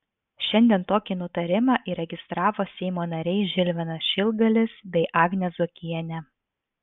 šiandien tokį nutarimą įregistravo seimo nariai žilvinas šilgalis bei agnė zuokienė